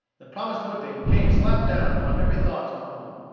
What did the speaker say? the promised whipping came slap down upon every thought of home.